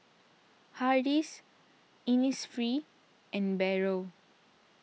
Hardy's Innisfree and Barrel